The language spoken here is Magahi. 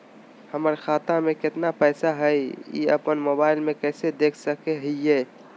हमर खाता में केतना पैसा हई, ई अपन मोबाईल में कैसे देख सके हियई?